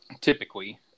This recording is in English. typically